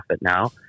now